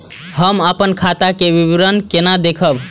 हम अपन खाता के विवरण केना देखब?